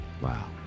Wow